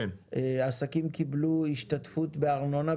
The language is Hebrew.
עסקים קיבלו השתתפות בארנונה.